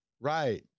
Right